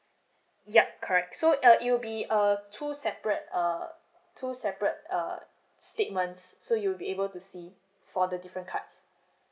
yup correct so uh it will be a two separate err two separate uh statements so you'll be able to see for the different cards